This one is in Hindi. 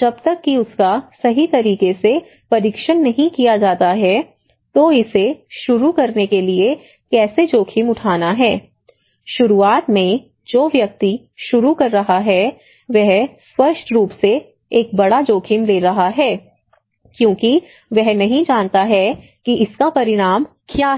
जब तक कि उसका सही तरीके से परीक्षण नहीं किया जाता है तो इसे शुरू करने के लिए कैसे जोखिम उठाना है शुरुआत में जो व्यक्ति शुरू कर रहा है वह स्पष्ट रूप से एक बड़ा जोखिम ले रहा है क्योंकि वह नहीं जानता कि इसके परिणाम क्या है